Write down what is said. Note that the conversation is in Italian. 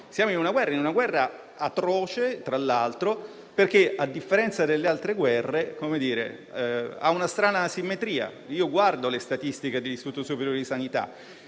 Siamo in una guerra, che tra l'altro è atroce, perché a differenza delle altre guerre ha una strana asimmetria. Io guardo le statistiche dell'Istituto superiore di sanità: